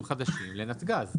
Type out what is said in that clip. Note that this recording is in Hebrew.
אזורים חדשים לנתג"ז,